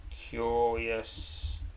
curious